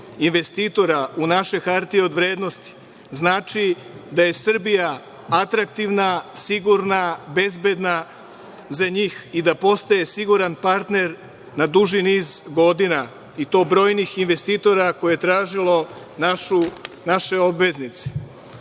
investitora u naše hartije od vrednosti znači da je Srbija atraktivna, sigurna, bezbedna za njih i da postaje siguran partner na duži niz godina i to brojnih investitora koji su tražili naše obveznice. Odgovornom